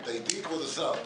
ביקשנו אותה לפני מספר ימים.